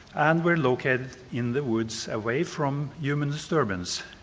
and were located in the woods away from human disturbance.